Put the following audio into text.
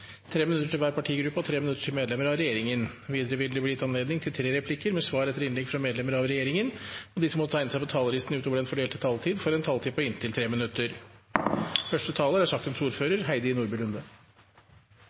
tre replikker med svar etter innlegg fra medlemmer av regjeringen, og de som måtte tegne seg på talerlisten utover den fordelte taletid, får en taletid på inntil 3 minutter. Det er